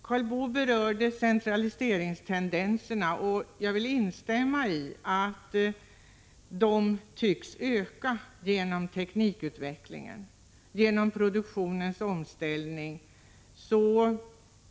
Karl Boo berörde centraliseringstendenserna. Jag kan instämma i att sådana tendenser tycks öka genom teknikutvecklingen och produktionens omställning.